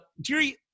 Jerry